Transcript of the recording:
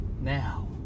now